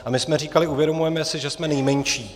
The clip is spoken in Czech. A my jsme říkali: Uvědomujeme si, že jsme nejmenší.